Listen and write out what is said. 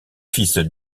fils